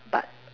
but